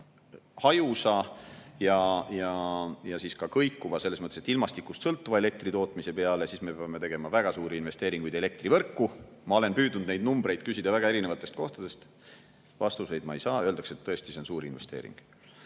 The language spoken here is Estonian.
hajusa ja kõikuva, selles mõttes, et ilmastikust sõltuva elektritootmise peale, siis me peame tegema väga suuri investeeringuid elektrivõrku. Ma olen püüdnud neid numbreid küsida väga erinevatest kohtadest. Vastust ma ei saa, öeldakse, et see on tõesti suur investeering.